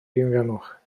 diogelwch